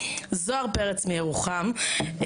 זוהר פרץ מירוחם,